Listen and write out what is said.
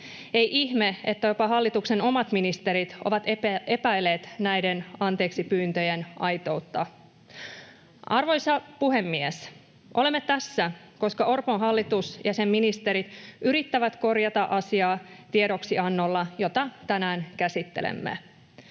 Ei ihme, että jopa hallituksen omat ministerit ovat epäilleet näiden anteeksipyyntöjen ai-toutta. Arvoisa puhemies! Olemme tässä, koska Orpon hallitus ja sen ministerit yrittävät korjata asiaa tiedoksiannolla, jota tänään käsittelemme.